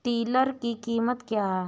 Tiller की कीमत क्या है?